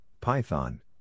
Python